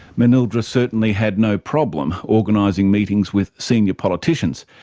manildra certainly had no problem organising meetings with senior politicians,